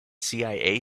cia